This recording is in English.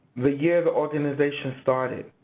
the year the organization started,